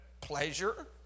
pleasure